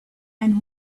and